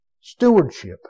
Stewardship